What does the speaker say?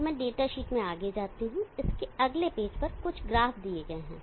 तो मैं data sheet मे आगे जाता हूं इसके अगले पेज पर कुछ ग्राफ़ दिए गए हैं